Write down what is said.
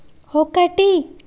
ఒకటి